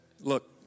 look